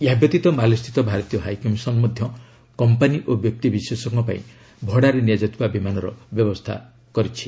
ଏହା ବ୍ୟତୀତ ମାଲେସ୍ଥିତ ଭାରତୀୟ ହାଇକମିଶନ ମଧ୍ୟ କମ୍ପାନୀ ଓ ବ୍ୟକ୍ତିବିଶେଷଙ୍କ ପାଇଁ ଭଡ଼ାରେ ନିଆଯାଉଥିବା ବିମାନର ବ୍ୟବସ୍ଥା କରାଉଛି